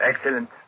Excellent